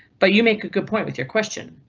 but you make a good point with your question,